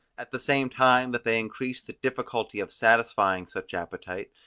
at the same time that they increase the difficulty of satisfying such appetite,